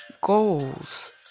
goals